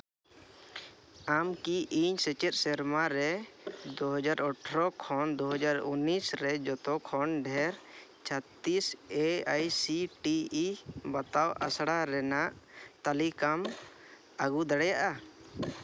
ᱟᱢ ᱠᱤ ᱤᱧ ᱥᱮᱪᱮᱫ ᱥᱮᱨᱢᱟ ᱨᱮ ᱫᱩ ᱦᱟᱡᱟᱨ ᱟᱴᱷᱨᱚ ᱠᱷᱚᱱ ᱫᱩ ᱦᱟᱡᱟᱨ ᱩᱱᱤᱥ ᱨᱮ ᱡᱚᱛᱚ ᱠᱷᱚᱱ ᱰᱷᱮᱨ ᱪᱷᱚᱛᱤᱥ ᱮ ᱟᱭ ᱥᱤ ᱴᱤ ᱤ ᱵᱟᱛᱟᱣ ᱟᱥᱲᱟ ᱨᱮᱱᱟᱜ ᱛᱟᱹᱞᱤᱠᱟᱢ ᱟᱹᱜᱩ ᱫᱟᱲᱮᱭᱟᱜᱼᱟ